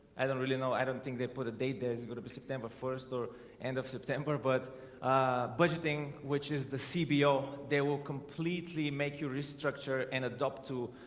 i don't really know i don't think they put a date there is gonna be september first or end of september but budgeting which is the cbo. they will completely make you restructure and adopt to